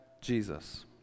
Jesus